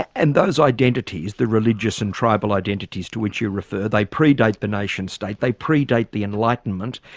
and those identities, the religious and tribal identities to which you refer, they predate the nation state, they predate the enlightenment.